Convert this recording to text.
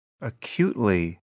acutely